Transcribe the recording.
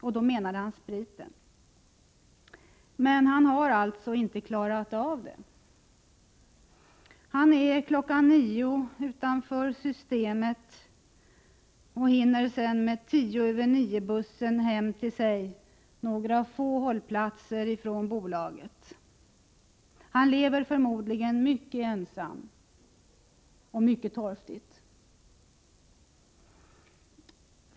Och då menade han spriten. Men han har alltså inte klarat av det. Han är kl. 9.00 utanför systembutiken och hinner med tio över nio-bussen hem till sig, några få hållplatser från systembutiken. Han lever förmodligen mycket ensam och mycket torftigt.